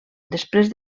després